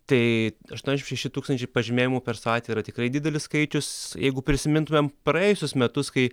tai aštuoniasdešimt šeši tūkstančiai pažymėjimų per savaitę yra tikrai didelis skaičius jeigu prisimintumėm praėjusius metus kai